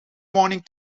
morning